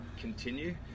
continue